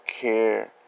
care